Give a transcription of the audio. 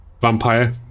vampire